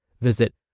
Visit